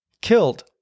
killed